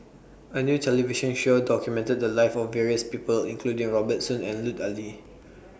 A New television Show documented The Lives of various People including Robert Soon and Lut Ali